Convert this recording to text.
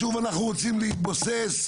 שוב אנחנו רוצים להתבוסס?